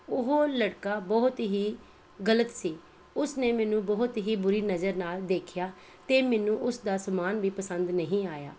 ਉਹ ਲੜਕਾ ਬਹੁਤ ਹੀ ਗਲਤ ਸੀ ਉਸਨੇ ਮੈਨੂੰ ਬਹੁਤ ਹੀ ਬੁਰੀ ਨਜ਼ਰ ਨਾਲ ਦੇਖਿਆ ਅਤੇ ਮੈਨੂੰ ਉਸ ਦਾ ਸਮਾਨ ਵੀ ਪਸੰਦ ਨਹੀਂ ਆਇਆ